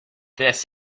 this